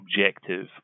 objective